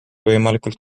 võimalikult